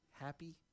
Happy